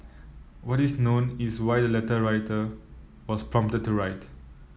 what is known is why the letter writer was prompted to write